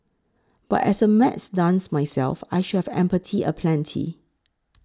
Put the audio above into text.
but as a maths dunce myself I should have empathy aplenty